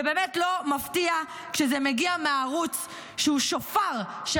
זה באמת לא מפתיע כשזה מגיע מהערוץ שהוא שופר של